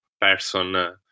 person